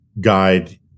guide